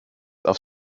auf